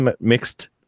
mixed